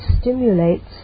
stimulates